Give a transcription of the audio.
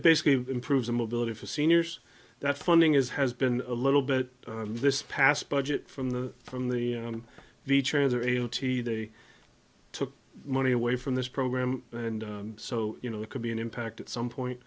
basically improves the mobility for seniors that funding is has been a little bit this past budget from the from the on the trans are able to be they took money away from this program and so you know it could be an impact at some point